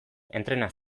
entrena